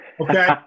okay